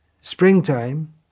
springtime